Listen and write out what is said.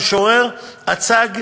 המשורר אצ"ג,